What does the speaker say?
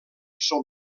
són